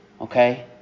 Okay